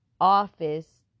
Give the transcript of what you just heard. office